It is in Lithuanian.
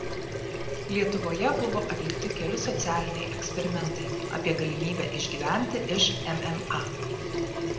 lietuvoje buvo atlikti keli socialiniai eksperimentai apie galimybę išgyventi iš mma